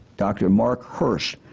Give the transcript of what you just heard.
dr. mark hirsch,